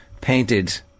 painted